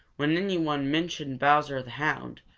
when anyone mentioned bowser the hound,